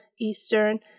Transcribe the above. Eastern